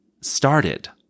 started